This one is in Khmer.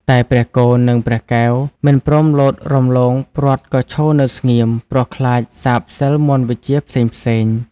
តែព្រះគោ និង ព្រះកែវមិនព្រមលោតរំលងព្រ័ត្រក៏ឈរនៅស្ងៀមព្រោះខ្លាចសាបសិល្ប៍មន្ដវិជ្ជាផ្សេងៗ។